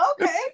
okay